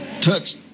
touch